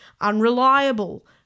unreliable